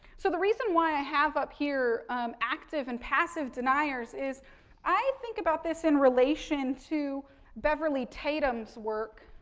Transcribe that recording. so, the reason why i have up here active and passive deniers is i think about this in relation to beverly tatum's work